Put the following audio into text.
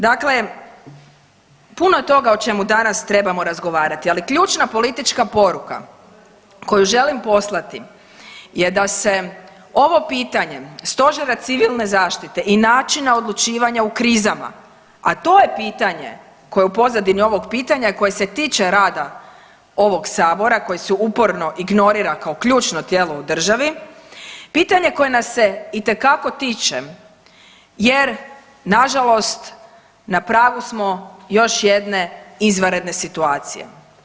Dakle puno je toga o čemu danas trebamo razgovarati, ali ključna politička poruka koju želim poslati je da se ovo pitanje stožera civilne zaštite i načina odlučivanja u krizama, a to je pitanje koje je u pozadini ovog pitanja koje se tiče rada ovog sabora koje se uporno ignorira kao ključno tijelo u državi pitanje koje nas se itekako tiče jer nažalost na pragu smo još jedne izvanredne situacije.